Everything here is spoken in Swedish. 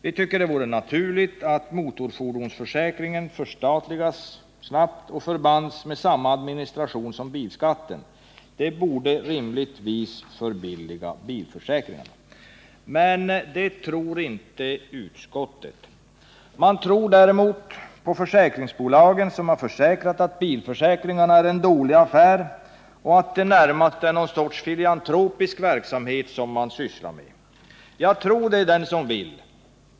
Vi tycker det vore naturligt att motorfordonsförsäkringen förstatligades och förbands med samma administration som bilskatten. Det borde rimligtvis förbilliga bilförsäkringarna. Det tror emellertid inte utskottet. Man tror däremot på försäkringsbolagen, som har försäkrat att bilförsäkringarna är en dålig affär och att det närmast är någon sorts filantropisk verksamhet man sysslar med. Tro det, den som vill.